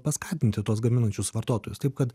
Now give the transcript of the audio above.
paskatinti tuos gaminančius vartotojus taip kad